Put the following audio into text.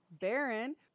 Baron